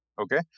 Okay